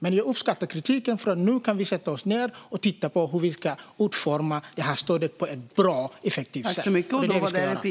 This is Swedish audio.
Men jag uppskattar kritiken, för nu kan vi sätta oss ned och titta på hur vi ska utforma det här stödet på ett bra och effektivt sätt.